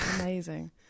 Amazing